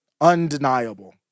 Undeniable